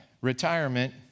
retirement